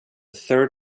third